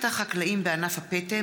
השתת עלויות מסופי תשלום באשראי על בתי העסק,